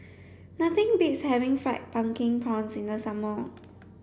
nothing beats having fried pumpkin prawns in the summer